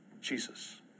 Jesus